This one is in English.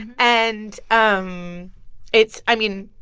and um it's i mean,